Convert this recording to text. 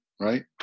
right